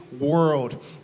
world